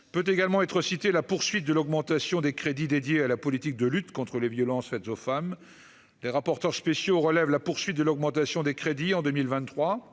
peut également être cité la poursuite de l'augmentation des crédits dédiés à la politique de lutte contre les violences faites aux femmes, les rapporteurs spéciaux relève la poursuite de l'augmentation des crédits en 2023